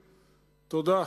תודה.